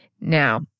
Now